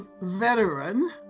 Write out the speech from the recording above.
veteran